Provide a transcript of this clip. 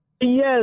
Yes